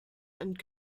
and